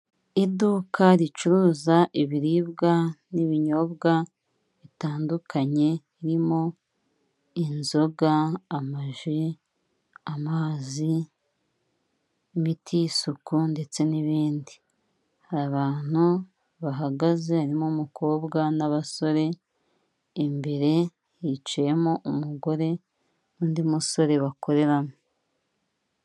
Iduka ricuruza ibiribwa n'ibinyobwa bitandukanye birimo inzoga, amaji, amazi, imiti y'isuku ndetse n'ibindi ,abantu bahagaze harimo umukobwa n'abasore imbere hicayemo umugore n'undi umusore bakoreramo.